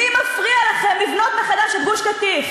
מי מפריע לכם לבנות מחדש את גוש-קטיף?